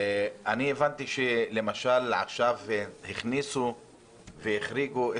אני גם הבנתי שעכשיו הכניסו והחריגו,